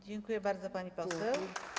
Dziękuję bardzo, pani poseł.